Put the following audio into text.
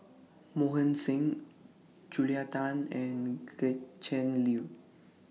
Mohan Singh Julia Tan and Gretchen Liu